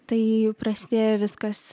tai prasidėjo viskas